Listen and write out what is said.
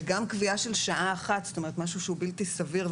וגם קביעה של שעה אחת זה משהו שהוא בלתי סביר,